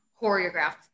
choreographed